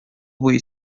буе